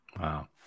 Wow